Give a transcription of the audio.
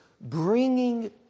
bringing